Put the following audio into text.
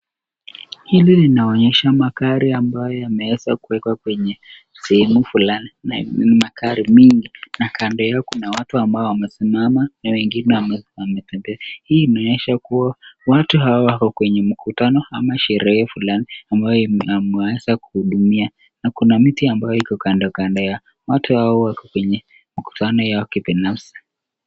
Hili inaonyesha magari ambayo yameweza kuwekwa kwenye sehemu fulani na ni magari mingi, na kando yake kuna watu ambao wamesimama na wengine wametembea. Hii inaonyesha kuwa watu hawa wako kwenye mkutano ama sherehe ambayo inaweza kuhudumia, na kuna miiti ambayo iko kando kando, watu hawa wako kwenye mkutano yao kibinafsi.